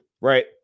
right